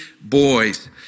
boys